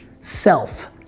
self